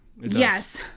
Yes